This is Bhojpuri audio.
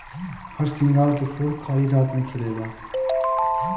हरसिंगार के फूल खाली राती में खिलेला